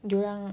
dorang